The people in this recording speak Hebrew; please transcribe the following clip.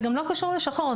זה לא קשור לשחור.